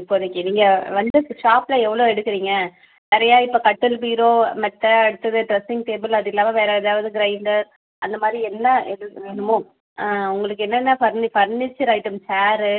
இப்போதிக்கு நீங்கள் வந்து ஸ் ஷாப்பில் எவ்வளோ எடுக்கறீங்க சரியாக இப்போ கட்டில் பீரோ மெத்தை டுர ட்ரெஸ்ஸிங் டேபிள் அது இல்லாமல் வேறு எதாவது க்ரைண்டர் அந்த மாதிரி என்ன இது வேணுமோ உங்களுக்கு என்னென்ன ஃபர்னி ஃபர்னீச்சர் ஐட்டம்ஸ் சேரு